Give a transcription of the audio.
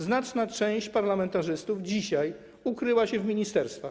Znaczna część parlamentarzystów dzisiaj ukryła się w ministerstwach.